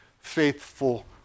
faithful